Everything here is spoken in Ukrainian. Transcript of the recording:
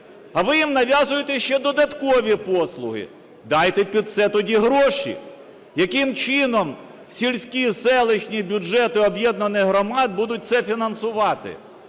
А ви їм нав'язуєте ще додаткові послуги. Дайте під це тоді гроші. Яким чином сільські, селищні бюджети об'єднаних громад будуть це фінансувати?